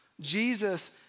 Jesus